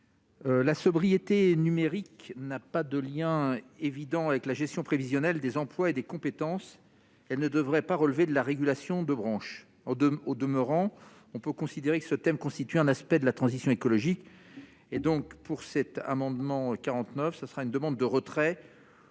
La sobriété numérique n'a pas de lien évident avec la gestion prévisionnelle des emplois et des compétences, elle ne devrait pas relever de la régulation de branches, au demeurant, on peut considérer que ce thème constitue un aspect de la transition écologique et donc pour cet amendement à 49, ce sera une demande de retrait